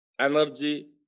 energy